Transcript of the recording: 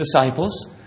disciples